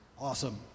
Awesome